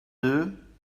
deux